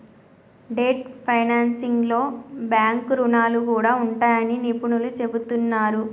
debt ఫైనాన్సింగ్లో bank రుణాలు కూడా ఉంటాయని నిపుణులు చెబుతున్నరు